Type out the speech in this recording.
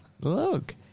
Look